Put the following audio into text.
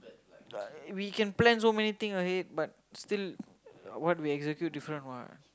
we can plan so many thing already but still what we execute different what